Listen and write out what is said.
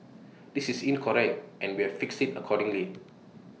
this is incorrect and we have fixed IT accordingly